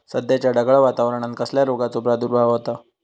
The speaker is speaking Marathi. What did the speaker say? सध्याच्या ढगाळ वातावरणान कसल्या रोगाचो प्रादुर्भाव होता?